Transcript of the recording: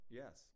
yes